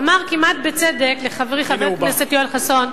אמר כמעט בצדק לחברי חבר הכנסת יואל חסון: